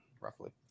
roughly